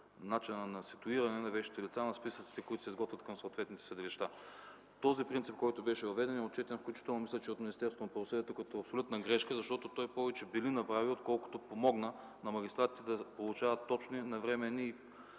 начина на ситуиране на вещите лица на списъците, които се изготвят към съответните съдилища. Този принцип, който беше въведен, е отчетен, включително мисля, и от Министерството на правосъдието, като абсолютна грешка, защото той повече бели направи, отколкото помогна на магистратите да получават точни, навременни и